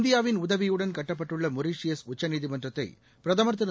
இந்தியாவின் உதவியுடன் கட்டப்பட்டுள்ள மொரீசியஸ் உச்சநீதிமன்ற கட்டிடத்தை பிரதமர் திரு